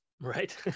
right